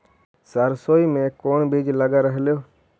सरसोई मे कोन बीज लग रहेउ?